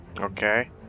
okay